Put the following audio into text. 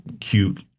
cute